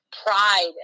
pride